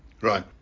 Right